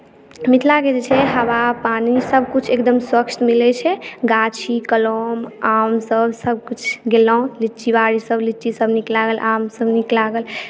मिथिलाके जे छै हवा पानि सभकिछु एकदम स्वच्छ मिलैत छै गाछी कलम आमसभ सभकिछु गेलहुँ लीचीबाड़ीसभ लीचीसभ नीक लागल आमसभ नीक लागल